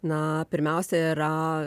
na pirmiausia yra